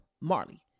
Marley